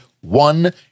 one